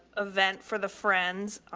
event for the friends,